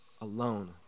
alone